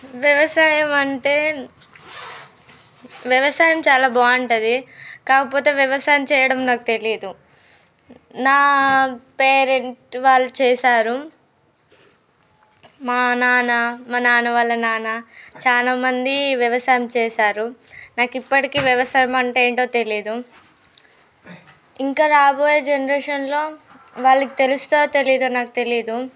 వ్యవసాయం అంటే వ్యవసాయం చాలా బాగుంటుంది కాకపోతే వ్యవసాయం చేయడం నాకు తెలియదు నా పేరెంట్ వాళ్ళు చేశారు మా నాన్న మా నాన్న వాళ్ళ నాన్న చాలా మంది వ్యవసాయం చేశారు నాకు ఇప్పటికీ వ్యవసాయం అంటే ఏంటో తెలియదు ఇంకా రాబోయే జనరేషన్లో వాళ్ళకి తెలుస్తుందో తెలీదో నాకు తెలియదు